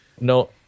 No